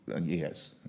Yes